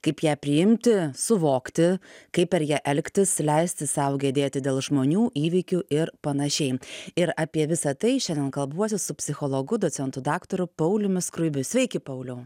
kaip ją priimti suvokti kaip per ją elgtis leisti sau gedėti dėl žmonių įvykių ir panašiai ir apie visa tai šiandien kalbuosi su psichologu docentu daktaru pauliumi skruibiu sveiki pauliau